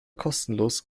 kostenlos